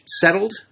settled